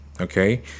Okay